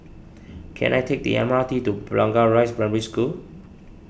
can I take the M R T to Blangah Rise Primary School